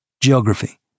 Geography